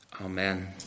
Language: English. Amen